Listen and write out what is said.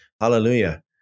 Hallelujah